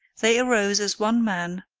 they arose as one man,